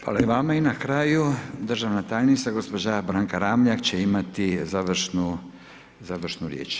Hvala i vama i na kraju državna tajnica gospođa Branka Ramljak će imati završnu, završnu riječ.